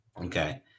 okay